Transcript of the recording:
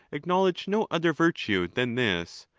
acknowledge no other virtue than this,